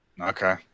Okay